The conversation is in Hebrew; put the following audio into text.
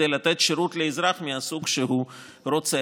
כדי לתת שירות לאזרח מהסוג שהוא רוצה.